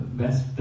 best